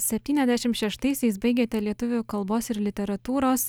septyniasdešim šeštaisiais baigėte lietuvių kalbos ir literatūros